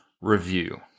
review